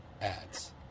Ads